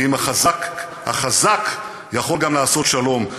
החזק יכול גם לעשות שלום.